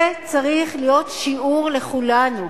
זה צריך להיות שיעור לכולנו.